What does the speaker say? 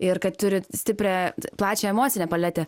ir kad turi stiprią plačią emocinę paletę